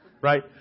Right